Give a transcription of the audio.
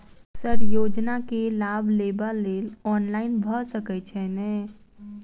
Sir योजना केँ लाभ लेबऽ लेल ऑनलाइन भऽ सकै छै नै?